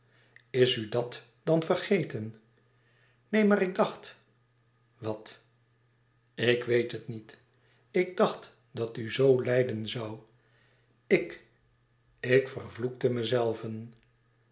is u dat dan vergeten neen maar ik dacht wat ik weet het niet ik dacht dat u zoo lijden zoû ik ik vervloekte mezelven